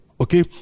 Okay